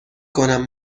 کنم